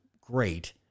great